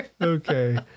Okay